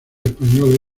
español